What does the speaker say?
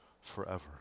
forever